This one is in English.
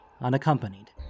unaccompanied